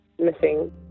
missing